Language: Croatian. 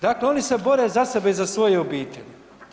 Dakle, oni se bore za sebe i za svoje obitelji.